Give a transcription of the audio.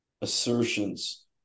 assertions